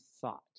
thought